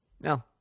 no